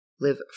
live